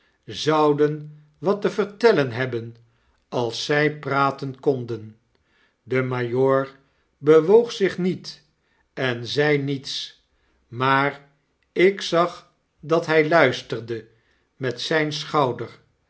zouden wat te vertellen hebben alszy praten konden de majoor bewoog zich niet en zei niets maar ik zag dat hij luisterde metzynschouder menschlief met zyn schouder